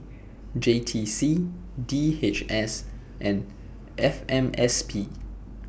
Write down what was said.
J T C D H S and F M S P